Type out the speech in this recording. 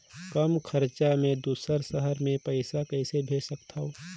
कम खरचा मे दुसर शहर मे पईसा कइसे भेज सकथव?